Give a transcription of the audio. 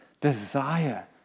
desire